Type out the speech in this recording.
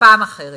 בפעם אחרת.